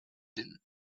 din